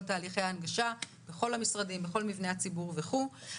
תהליכי ההנגשה בכל המשרדים ובכל מבני הציבור וכולי.